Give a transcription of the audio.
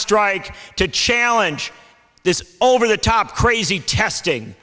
strike to challenge this over the top crazy testing